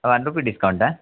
one rupee discount ఆ